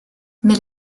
mais